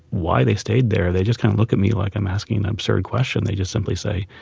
why they stayed there, they just kind of look at me like i'm asking an absurd question. they just simply say,